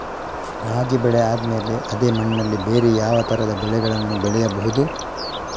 ರಾಗಿ ಬೆಳೆ ಆದ್ಮೇಲೆ ಅದೇ ಮಣ್ಣಲ್ಲಿ ಬೇರೆ ಯಾವ ತರದ ಬೆಳೆಗಳನ್ನು ಬೆಳೆಯಬಹುದು?